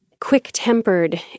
quick-tempered